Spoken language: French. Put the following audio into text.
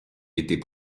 était